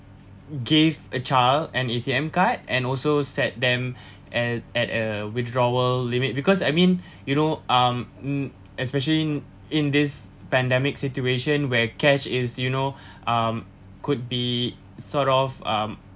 gave a child an A_T_M card and also set them at at a withdrawal limit because I mean you know um especially in this pandemic situation where cash is you know um could be sort of um